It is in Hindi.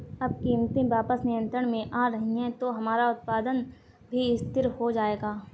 अब कीमतें वापस नियंत्रण में आ रही हैं तो हमारा उत्पादन भी स्थिर हो जाएगा